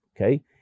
Okay